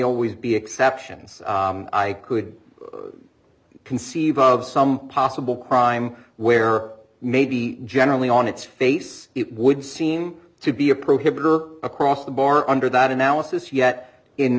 always be exceptions i could conceive of some possible crime where may be generally on its face it would seem to be a prohibited across the bar under that analysis yet in